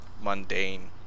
mundane